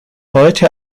heute